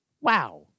Wow